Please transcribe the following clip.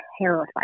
terrified